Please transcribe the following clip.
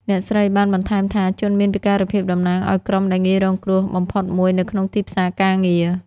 អ្នកស្រីបានបន្ថែមថា ជនមានពិការភាពតំណាងឱ្យក្រុមដែលងាយរងគ្រោះបំផុតមួយនៅក្នុងទីផ្សារការងារ។